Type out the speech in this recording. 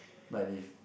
like they